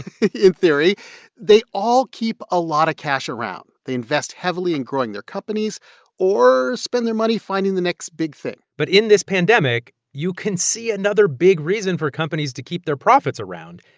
in theory they all keep a lot of cash around. they invest heavily in growing their companies or spend their money finding the next big thing but in this pandemic, you can see another big reason for companies to keep their profits around.